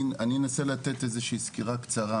אני אנסה לתת איזושהי סקירה קצרה,